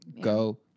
Go